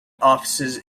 offices